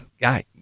Guy